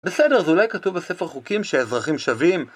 בסדר, זה אולי כתוב בספר חוקים שהאזרחים שווים